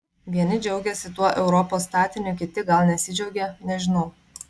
vieni džiaugiasi tuo europos statiniu kiti gal nesidžiaugia nežinau